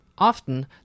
Often